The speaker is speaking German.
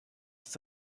ist